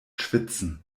schwitzen